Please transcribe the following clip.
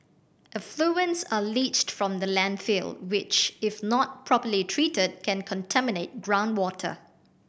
effluents are leached from the landfill which if not properly treated can contaminate groundwater